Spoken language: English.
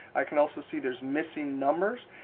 i can also see there's missing numbers.